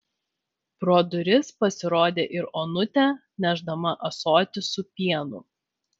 pro duris pasirodė ir onutė nešdama ąsotį su pienu